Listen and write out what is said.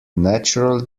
natural